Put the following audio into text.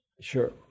Sure